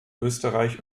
österreich